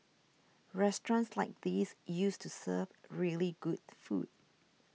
restaurants like these used to serve really good food